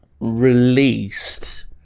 Released